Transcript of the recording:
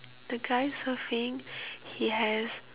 the guy surfing he has